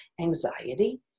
anxiety